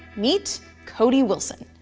meet cody wilson.